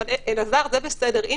אבל אלעזר, זה בסדר -- לא, איזה בסדר?